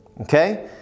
okay